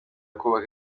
kubaka